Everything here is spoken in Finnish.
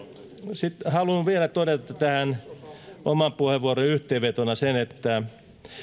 sitten haluan vielä todeta omaan puheenvuorooni yhteenvetona että